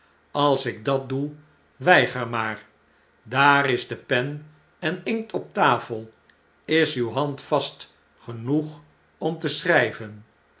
als ik dat doe weiger maar daar is pen en inkt op tafel is uwe hand vast genoeg om te schrjjven